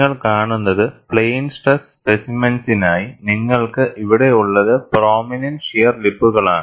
നിങ്ങൾ കാണുന്നത് plane stress സ്പെസിമെൻസിനായി നിങ്ങൾക്ക് ഇവിടെ ഉള്ളത് പ്രോമിനെന്റ് ഷിയർ ലിപ്പുകളാണ്